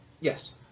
Yes